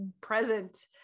present